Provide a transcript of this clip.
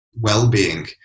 well-being